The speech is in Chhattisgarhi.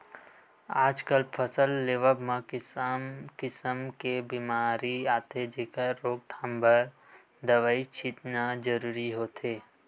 आजकल फसल लेवब म किसम किसम के बेमारी आथे जेखर रोकथाम बर दवई छितना जरूरी होथे